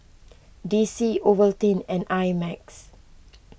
D C Ovaltine and I Max